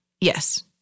Yes